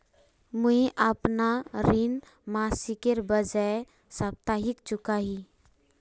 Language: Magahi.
मुईअपना ऋण मासिकेर बजाय साप्ताहिक चुका ही